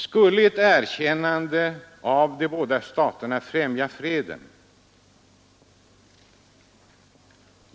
Skulle ett erkännande av de båda staterna främja freden?